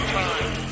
time